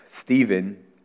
Stephen